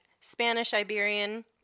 Spanish-Iberian